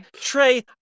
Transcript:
Trey